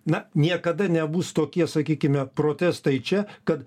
na niekada nebus tokie sakykime protestai čia kad